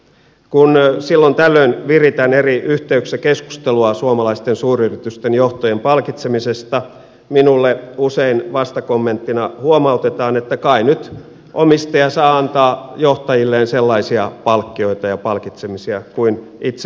kun silloin tällöin viritän eri yhteyksissä keskustelua suomalaisten suuryritysten johtajien palkitsemisesta minulle usein vastakommenttina huomautetaan että kai nyt omistaja saa antaa johtajilleen sellaisia palkkioita ja palkitsemisia kuin itse haluaa